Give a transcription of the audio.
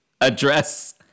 address